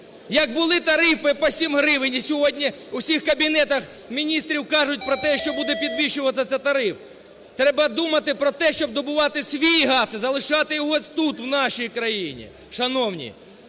Як були тарифи по 7 гривень, і сьогодні у всіх Кабінетах Міністрів кажуть про те, що буде підвищуватися тариф. Треба думати про те, щоб добувати свій газ і залишати його тут, у нашій країні. Шановні,